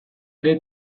ere